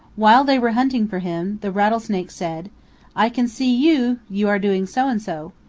while they were hunting for him, the rattlesnake said i can see you you are doing so and so,